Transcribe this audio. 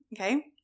Okay